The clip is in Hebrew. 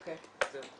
תודה.